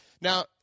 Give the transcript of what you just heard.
Now